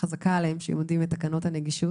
חזקה עליהם שהם יודעים את תקנות הנגישות.